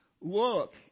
look